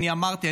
אני אמרתי,